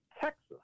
Texas